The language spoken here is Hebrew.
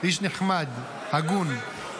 איש נחמד, הגון.